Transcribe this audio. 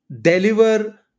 deliver